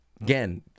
Again